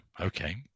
okay